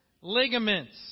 ligaments